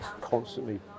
constantly